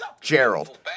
Gerald